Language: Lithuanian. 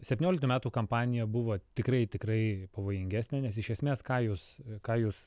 septynioliktų metų kampanija buvo tikrai tikrai pavojingesnė nes iš esmės ką jūs ką jūs